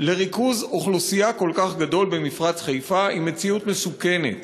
לריכוז אוכלוסייה גדול כל כך במפרץ-חיפה היא מציאות מסוכנת.